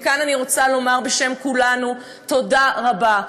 מכאן אני רוצה לומר בשם כולנו תודה רבה.